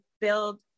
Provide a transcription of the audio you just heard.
build